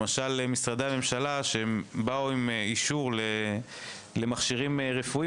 משרדי ממשלה באו עם אישור למכשירים רפואיים